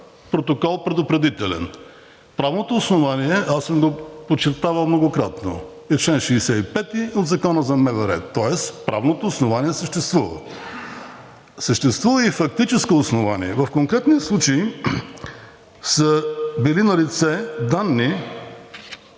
протокол – предупредителен. Правното основание съм го подчертавал многократно – чл. 65 от Закона за МВР, тоест правното основание съществува. Съществува и фактическо основание. В конкретния случай са били налице